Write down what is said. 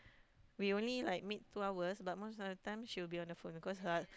we only like meet two hours but most of the time she will be on the phone because like